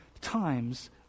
times